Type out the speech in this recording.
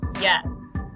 Yes